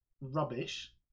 rubbish